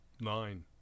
nine